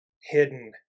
hidden